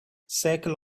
circle